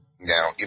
Now